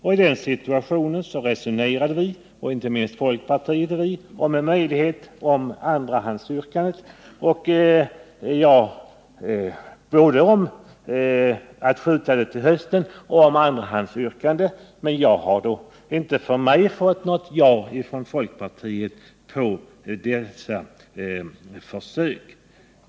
I den situationen diskuterade inte minst folkpartiet och vi både om att skjuta frågan till hösten och om andrahandsyrkandet, men i varje fall har inte jag hört något ja från folkpartiets sida då det gäller dessa försök.